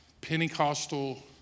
Pentecostal